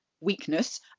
weakness